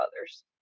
others